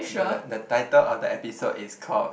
the the title of the episode is called